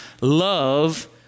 love